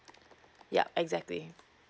yup exactly